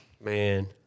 Man